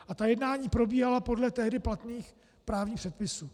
A jednání probíhala podle tehdy platných právních předpisů.